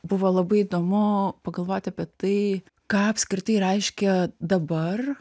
buvo labai įdomu pagalvoti apie tai ką apskritai reiškia dabar